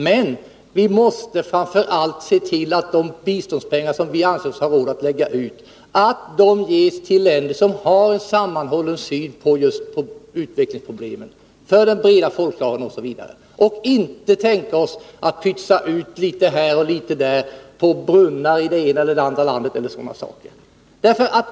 Men vi måste framför allt se till att de biståndspengar som vi anser oss ha råd att lägga ut ges till länder som har en sammanhållen syn på utvecklingsproblemen, att biståndet skall komma till nytta för de breda folklagren osv., och inte tänka oss att pytsa ut litet här och litet där, t.ex. på brunnar i det ena eller andra landet.